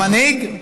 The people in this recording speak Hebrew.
למנהיג?